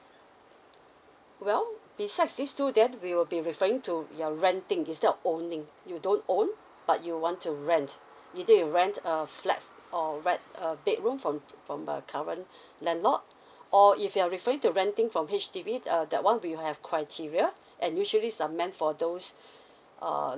well besides this two then we will be referring to your renting instead of owning you don't own but you want to rent either you rent a flat or rent a bedroom from from a current landlord or if you're referring to renting from H_D_B err that one we have criteria and usually are meant for those err